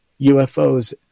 UFOs